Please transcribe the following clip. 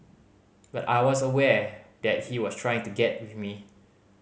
but I was aware that he was trying to get with me